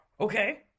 Okay